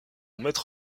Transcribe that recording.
maître